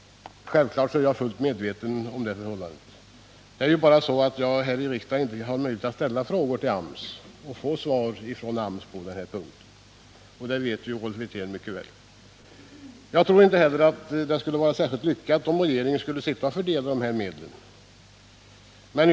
Självfallet är jag fullt medveten om detta förhållande; det är bara så att jag inte här i riksdagen har möjlighet att ställa frågor till AMS om detta och att få svar från AMS. Det vet Rolf Wirtén mycket väl. Jag tror inte heller att det vore särskilt lyckat, om regeringen skulle fördela dessa medel.